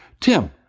Tim